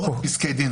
אל רק פסקי דין,